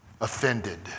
offended